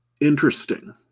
interesting